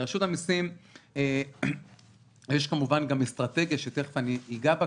לרשות המסים יש כמובן גם אסטרטגיה שתכף אגע בה,